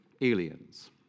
aliens